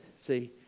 See